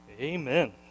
Amen